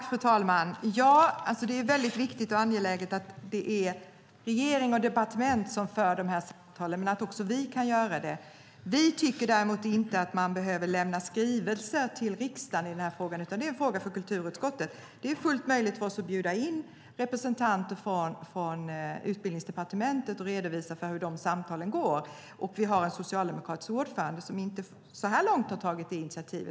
Fru talman! Det är viktigt och angeläget att det är regering och departement som för dessa samtal men att också vi kan göra det. Vi tycker dock inte att man behöver lämna skrivelser till riksdagen i denna fråga, utan det är en fråga för kulturutskottet. Det är fullt möjligt för oss att bjuda in representanter från Utbildningsdepartementet som kan redovisa hur samtalen går. Vi har en socialdemokratisk ordförande som så här långt inte har tagit detta initiativ.